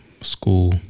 school